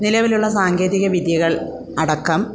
നിലവിലുള്ള സാങ്കേതിക വിദ്യകൾ അടക്കം